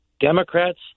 Democrats